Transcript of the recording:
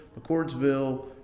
McCordsville